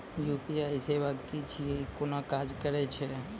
UPI सेवा की छियै? ई कूना काज करै छै?